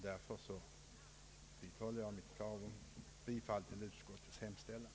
Därför vidhåller jag mitt yrkande om bifall till utskottets hemställan.